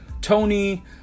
Tony